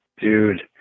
dude